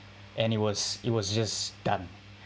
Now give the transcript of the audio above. and it was it was just done